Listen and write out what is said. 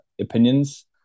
opinions